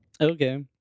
Okay